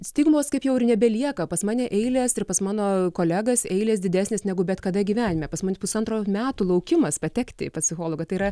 stigmos kaip jau ir nebelieka pas mane eilės ir pas mano kolegas eilės didesnės negu bet kada gyvenime pas mane pusantro metų laukimas patekti pas psichologą tai yra